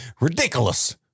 ridiculous